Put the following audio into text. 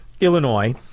Illinois